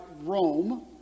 Rome